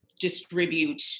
distribute